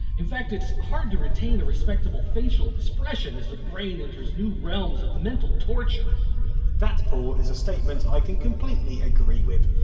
in fact it's hard to retain a respectable facial expression as the brain enters new realms of mental torture that paul, is a statement i can completely agree with,